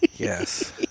Yes